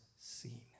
seen